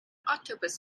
octopus